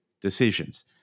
decisions